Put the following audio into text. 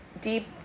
deep